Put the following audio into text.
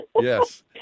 Yes